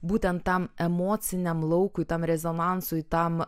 būtent tam emociniam laukui tam rezonansui tam